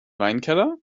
weinkeller